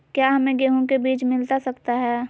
क्या हमे गेंहू के बीज मिलता सकता है?